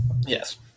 Yes